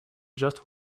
just